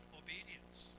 obedience